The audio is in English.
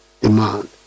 demand